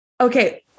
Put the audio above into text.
Okay